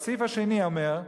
הסעיף השני אומר: